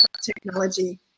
technology